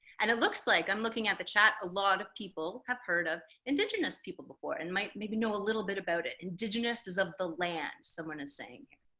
and it looks like, i'm looking at the chat, a lot of people have heard of indigenous people before and might maybe know a little bit about it. indigenous is of the land, someone is saying.